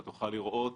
תוכל לראות